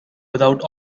without